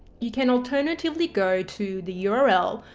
you can alternatively go to the yeah url,